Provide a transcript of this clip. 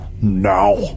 now